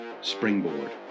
Springboard